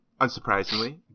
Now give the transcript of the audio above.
unsurprisingly